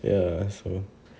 ya so